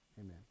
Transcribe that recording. amen